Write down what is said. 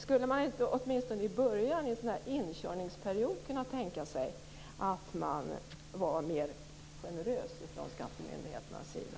Skulle man inte åtminstone i början, under en inkörningsperiod, kunna tänka sig att vara mer generös från skattemyndigheternas sida?